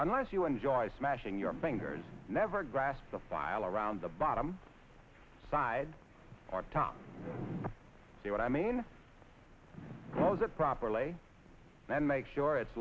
unless you enjoy smashing your fingers never grasp the file around the bottom side or top see what i mean cause it properly and make sure it's